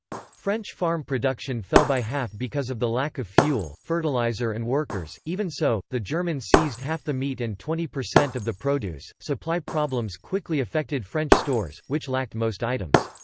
french farm production fell by half because of the lack of fuel, fertilizer and workers even so, the germans seized half the meat and twenty percent of the produce supply problems quickly affected french stores, which lacked most items.